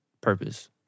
purpose